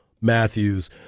Matthews